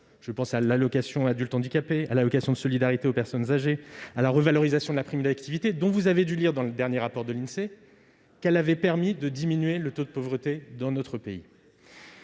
Je pense à l'allocation aux adultes handicapés, à l'allocation de solidarité aux personnes âgées, à la revalorisation de la prime d'activité, dont vous avez dû lire, dans le dernier rapport de l'Insee, qu'elle avait permis de diminuer le taux de pauvreté dans notre pays.